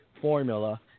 formula